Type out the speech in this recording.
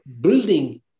building